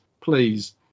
please